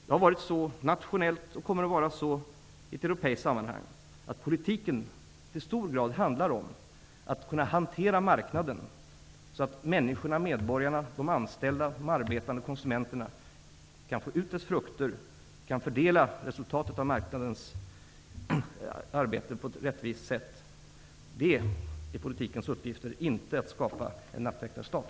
Det har varit så nationellt, och det kommer att vara så i ett europeiskt sammanhang, att politiken i hög grad handlar om att kunna hantera marknaden så att människorna, medborgarna -- de anställda och de arbetande konsumenterna -- kan få ut dess frukter och fördela resultatet av marknadens arbete på ett rättvis sätt. Det är politikens uppgifter, inte att skapa en nattväktarstat!